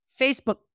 Facebook